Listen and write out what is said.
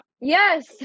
Yes